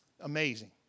Amazing